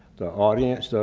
the audience, so